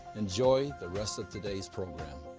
enjoy the rest of today's program.